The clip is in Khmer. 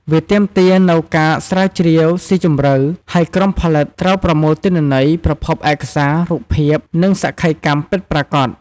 វាទាមទារនូវការស្រាវជ្រាវស៊ីជម្រៅ ហើយក្រុមផលិតត្រូវប្រមូលទិន្នន័យ ប្រភពឯកសារ រូបភាព និងសក្ខីកម្មពិតប្រាកដ។